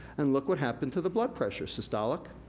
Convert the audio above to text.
and look what happened to the blood pressure. systolic,